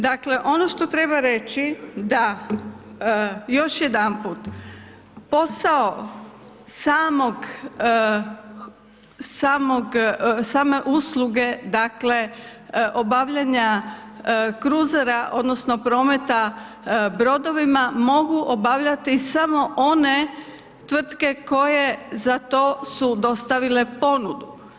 Dakle ono što treba reći da još jedanput posao same usluge dakle obavljanja kruzera odnosno prometa brodovima, mogu obavljati samo one tvrtke koje za to su dostavile ponudu.